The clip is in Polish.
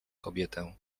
kobietę